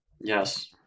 Yes